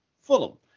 Fulham